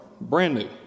brand-new